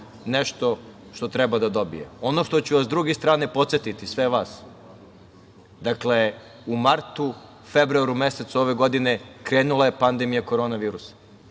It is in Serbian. nešto što treba da dobije. Ono što ću vas sa druge strane podsetiti sve vas, dakle u martu, februaru mesecu ove godine krenula je pandemija korona virusa.